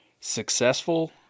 successful